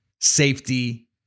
safety